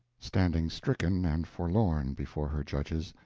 standing stricken and forlorn before her judges,